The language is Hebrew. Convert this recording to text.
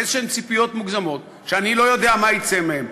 באיזשהן ציפיות מוגזמות שאני לא יודע מה יצא מהן.